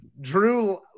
Drew